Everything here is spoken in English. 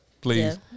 please